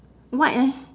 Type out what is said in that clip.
white eh